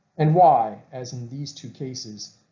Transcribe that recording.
and why as in these two cases,